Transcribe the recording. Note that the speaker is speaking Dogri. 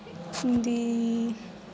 उंदी